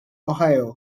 ohio